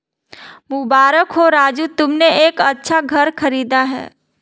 मुबारक हो राजू तुमने एक अच्छा घर खरीदा है